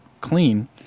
clean